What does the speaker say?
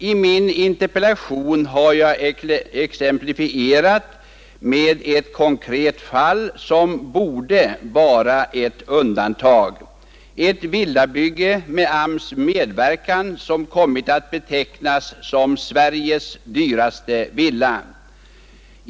I min interpellation har jag exemplifierat med ett konkret fall som borde vara ett undantag — en villa som byggts med AMS:s medverkan och som kommit att betecknas som Sveriges dyraste villa.